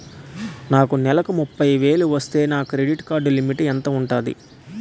నాకు నెలకు ముప్పై వేలు వస్తే నా క్రెడిట్ కార్డ్ లిమిట్ ఎంత ఉంటాది?